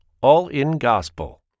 all-in-gospel